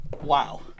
Wow